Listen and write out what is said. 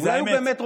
כי זו האמת.